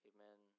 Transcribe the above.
Amen